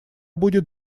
будет